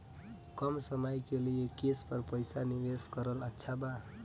कम समय के लिए केस पर पईसा निवेश करल अच्छा बा?